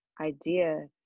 idea